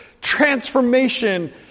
transformation